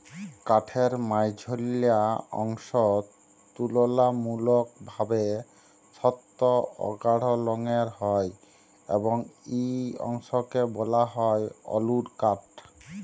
কাঠের মাইঝল্যা অংশ তুললামূলকভাবে সক্ত অ গাঢ় রঙের হ্যয় এবং ই অংশকে ব্যলা হ্যয় অল্তরকাঠ